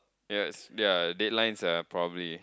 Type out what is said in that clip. yes ya deadlines are probably